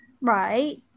right